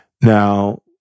Now